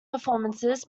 performances